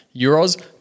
Euros